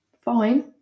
fine